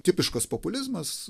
tipiškas populizmas